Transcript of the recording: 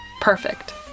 perfect